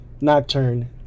Nocturne